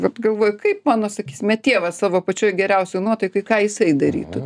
va galvoju kaip mano sakysime tėvas savo pačioj geriausioj nuotaikoj ką jisai darytų